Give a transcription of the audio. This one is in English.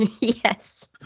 Yes